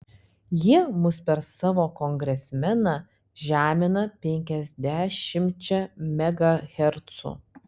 jie mus per savo kongresmeną žemina penkiasdešimčia megahercų